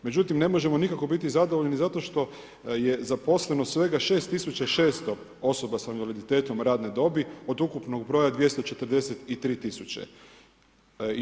Međutim ne možemo nikako biti zadovoljni zato što je zaposlenost svega 6600 osoba sa invaliditetom radne dobi od ukupnog broja 243 000.